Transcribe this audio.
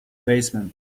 basement